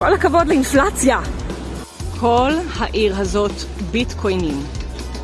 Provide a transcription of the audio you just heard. כל הכבוד לאינפלציה! כל העיר הזאת ביטקוינים.